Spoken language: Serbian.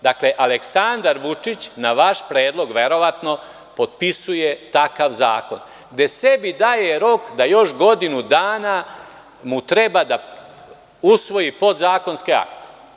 Dakle, Aleksandar Vučić, na vaš predlog, verovatno, potpisuje takav zakon, gde sebi daje rok da još godinu dana mu treba da usvoji podzakonski akt.